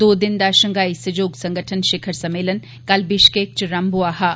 दो दिन दा शंघाई सैह्योग संगठन शिखर सम्मेलन कल विश्केक च रंम होआ हा